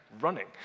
running